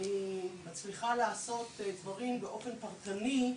ואני מצליחה לעשות דברים באופן פרטני,